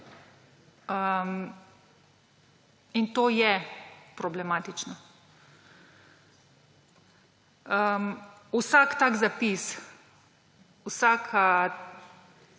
In to je problematično. Vsak tak zapis, vsaka